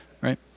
right